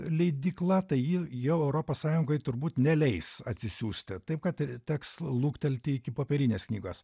leidykla tai ji jau europos sąjungoj turbūt neleis atsisiųsti taip kad teks luktelti iki popierinės knygos